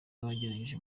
wagaragaje